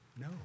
No